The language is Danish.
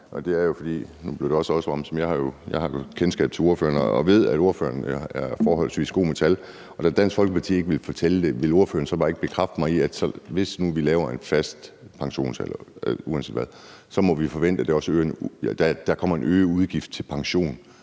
til det andet spørgsmål. Jeg har kendskab til ordføreren og ved, at ordføreren er forholdsvis god med tal. Da Dansk Folkeparti ikke ville fortælle det, vil ordføreren så ikke bare bekræfte mig i, at hvis nu vi laver en fast pensionsalder uanset hvad, så må vi forvente, at der også kommer en øget udgift til pension,